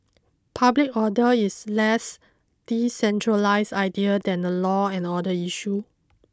public order is less decentralised idea than a law and order issue